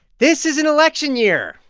this is an election year.